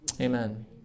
Amen